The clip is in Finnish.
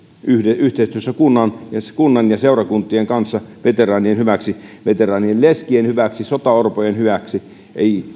yhteistyössä kunnan ja seurakuntien kanssa veteraanien hyväksi veteraanien leskien hyväksi sotaorpojen hyväksi